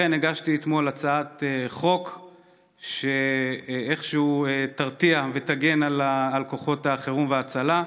לכן הגשתי אתמול הצעת חוק שאיכשהו תרתיע ותגן על כוחות החירום וההצלה: